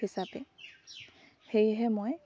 হিচাপে সেয়েহে মই